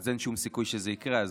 אז אין שום סיכוי שזה יקרה.